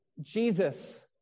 Jesus